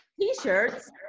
t-shirts